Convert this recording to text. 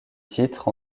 titre